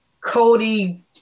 Cody